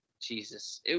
Jesus